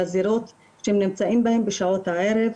לזירות שהם נמצאים בהם בשעות הערב.